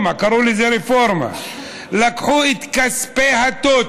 רפורמה, קראו לזה רפורמה: לקחו את כספי הטוטו,